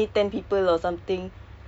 ah yes yes